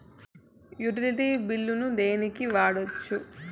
Utility బిల్లులను దేనికి వాడొచ్చు?